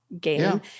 game